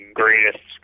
greatest